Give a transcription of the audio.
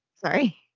Sorry